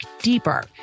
deeper